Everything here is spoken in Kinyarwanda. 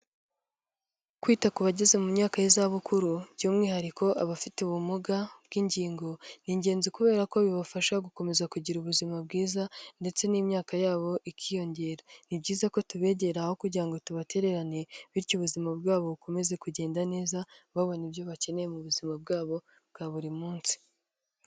Kwita ku bageze mu myaka y'izabukuru by'umwihariko abafite ubumuga bw'ingingo, ni ingenzi kubera ko bibafasha gukomeza kugira ubuzima bwiza ndetse n'imyaka yabo ikiyongera, ni byiza ko tubegera aho kugira ngo tubatererane bityo ubuzima bwabo bukomeze kugenda neza, babonye ibyo bakeneye mu buzima bwabo bwa buri munsi.